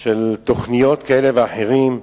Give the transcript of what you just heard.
כלשהם של תוכניות כאלה ואחרות,